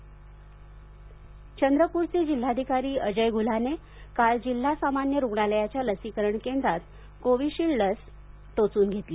चंद्रपूर जिल्हाधिकारी लस चंद्रपूरचे जिल्हाधिकारी अजय गुल्हाने काल जिल्हा सामान्य रुग्णालयाच्या लसीकरण केंद्रात कोव्हिशिल्ड लस टोचून घेतली